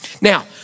Now